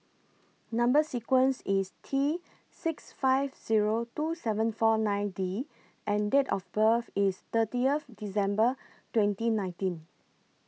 Number sequence IS T six five Zero two seven four nine D and Date of birth IS thirtieth December twenty nineteen